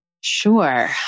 Sure